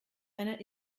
einer